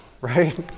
right